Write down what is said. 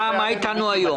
מה איתנו היום?